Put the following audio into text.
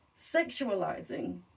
sexualizing